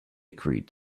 agreed